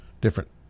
different